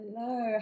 Hello